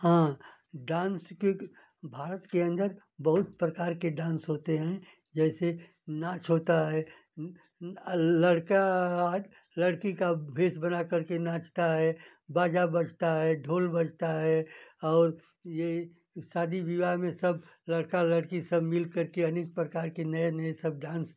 हाँ डांस के भारत के अंदर बहुत प्रकार के डांस होते हैं जैसे नाच होता है लड़का लड़की का भेष बनाकर के नाचता है बाजा बजता है ढोल बजता है और ये शादी विवाह में सब लड़का लड़की सब मिलकर के अनेक प्रकार के नए नए सब डांस